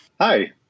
Hi